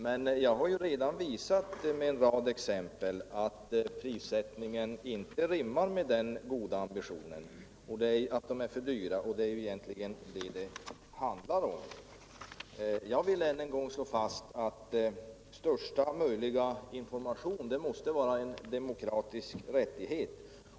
Men jag har redan genom en rad exempel visat att prissättningen inte rimmar med den goda ambitionen utan att utredningarna är för dyra, och det är ju egentligen det saken handlar om. Jag vill än en gång slå fast att största möjliga information måste vara en demokratisk rättighet.